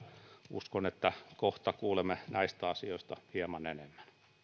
uskon että kohta kuulemme näistä asioista hieman enemmän